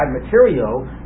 material